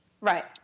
right